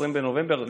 20 בנובמבר,